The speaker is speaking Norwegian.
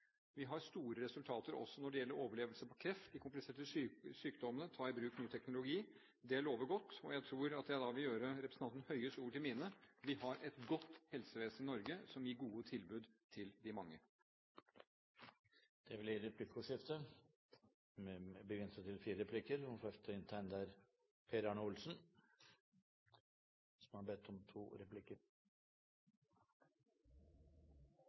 Vi har store resultater også når det gjelder overlevelse ved kreft, de kompliserte sykdommene og å ta i bruk ny teknologi. Det lover godt, og jeg tror at jeg da vil gjøre representanten Høies ord til mine: Vi har et godt helsevesen i Norge som gir gode tilbud til de mange. Det blir replikkordskifte.